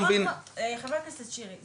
חבר הכנסת שירי,